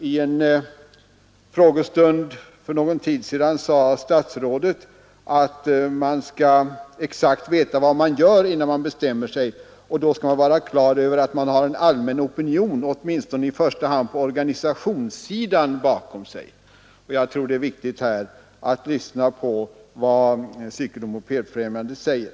I en frågestund för någon tid sedan sade statsrådet att man skall exakt veta vad man gör innan man bestämmer sig, och då skall man vara på det klara med att man har en allmän opinion, åtminstone på organisationssidan, bakom sig. Jag tror att det är viktigt att lyssna på vad Cykeloch mopedfrämjandet säger.